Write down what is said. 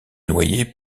noyé